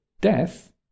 death